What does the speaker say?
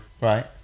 Right